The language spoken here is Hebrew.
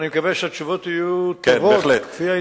ואני מקווה שהתשובות יהיו טובות כפי העניין,